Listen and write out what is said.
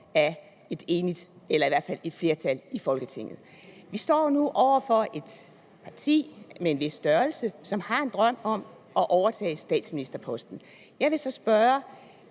Folketing eller i hvert fald af et flertal i Folketinget. Vi står nu over for et parti af en vis størrelse, som har en drøm om at overtage statsministerposten. Jeg vil så spørge